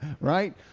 right